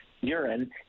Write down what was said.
urine